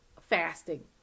fasting